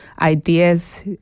ideas